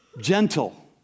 gentle